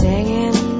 Singing